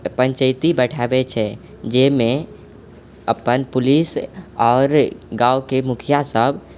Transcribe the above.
पञ्चैती बैठाबै छै जाहिमे अपन पुलिस आओर गाँवके मुखिया सब